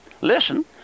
listen